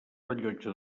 rellotge